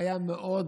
היה מאוד,